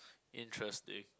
interesting